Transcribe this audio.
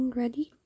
ready